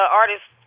artists